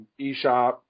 eShop